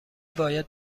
باید